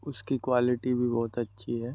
उसकी क्वालिटी भी बहुत अच्छी है